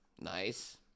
Nice